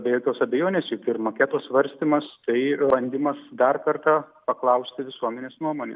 be jokios abejonės juk ir maketo svarstymas tai bandymas dar kartą paklausti visuomenės nuomonių